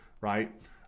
right